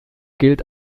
gilt